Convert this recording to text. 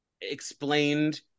explained